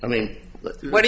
i mean what